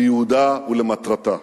לייעודה ולמטרתה.